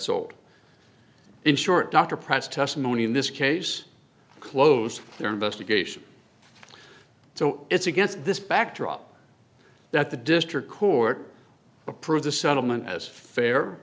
sought in short dr price testimony in this case closed their investigation so it's against this backdrop that the district court approved the settlement as fair